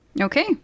okay